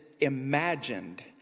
imagined